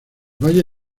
valle